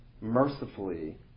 mercifully